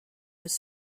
was